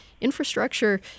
infrastructure